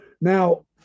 Now